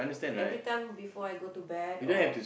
every time before I go to bed or